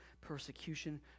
persecution